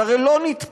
זה הרי לא נתפס.